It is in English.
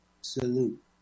Salute